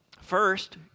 First